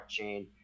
blockchain